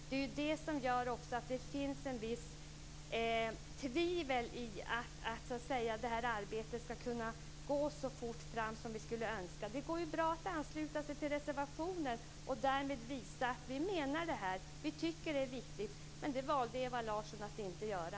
Det är detta som också gör att det finns ett visst tvivel på att det här arbetet ska kunna gå så fort fram som vi skulle önska. Det går bra att ansluta sig till reservationen och därmed visa att man menar det här, att man tycker att det är viktigt. Men det valde Ewa Larsson att inte göra.